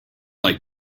like